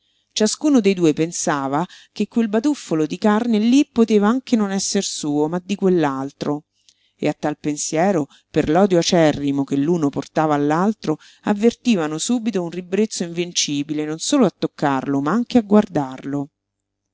ciascuno dei due pensava che quel batuffolo di carne lí poteva anche non esser suo ma di quell'altro e a tal pensiero per l'odio acerrimo che l'uno portava all'altro avvertivano subito un ribrezzo invincibile non solo a toccarlo ma anche a guardarlo